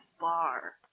bar